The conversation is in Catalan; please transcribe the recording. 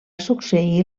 succeir